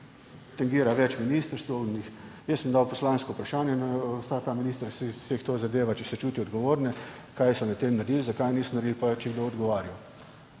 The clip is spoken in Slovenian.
Tangira več ministrstev. Jaz sem dal poslansko vprašanje na vsa ta ministrstva, ki jih to zadeva, ali se čutijo odgovorne, kaj so na tem naredili, zakaj niso naredili in ali je kdo odgovarjal.